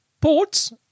ports